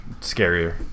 scarier